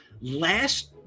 last